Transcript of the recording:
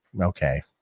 okay